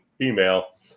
female